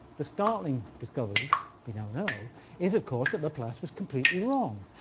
the startling discovery we now know is, of course, that laplace was completely wrong.